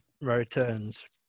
returns